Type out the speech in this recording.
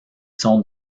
sont